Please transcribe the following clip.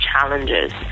challenges